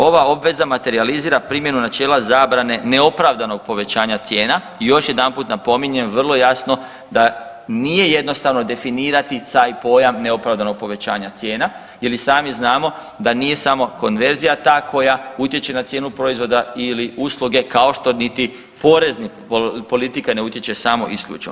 Ova obveza materijalizira primjenu načela zabrane neopravdanog povećanja cijena i još jedanput napominjem, vrlo jasno, da nije jednostavno definirati taj pojam neopravdanog povećanja cijena jer i sami znamo da nije samo konverzija ta koja utječe na cijenu proizvoda ili usluge kao što niti porezni politika ne utječe samo i isključivo.